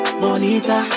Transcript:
bonita